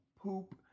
Poop